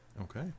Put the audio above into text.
Okay